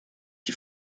die